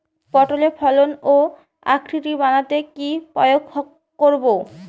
পটলের ফলন ও আকৃতি বাড়াতে কি প্রয়োগ করব?